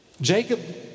Jacob